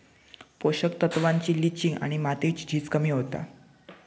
पोषक तत्त्वांची लिंचिंग आणि मातीची झीज कमी होता